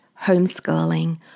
homeschooling